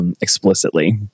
explicitly